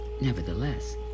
nevertheless